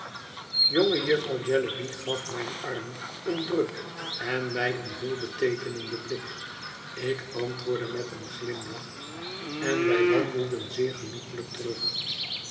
jonge jufvrouw jellyby gaf mijn arm een druk en mij een veelbeteekenenden blik ik antwoordde met een glimlach en wij wandelden zeer genoeglijk terug